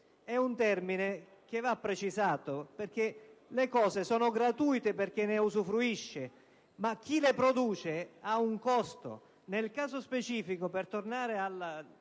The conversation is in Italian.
è un termine che va precisato, perché le cose sono gratuite per chi ne usufruisce, ma chi le produce ne ha un onere. Nel caso specifico, per tornare